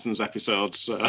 episodes